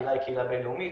הקהילה היא בין לאומית,